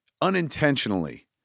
unintentionally